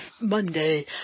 Monday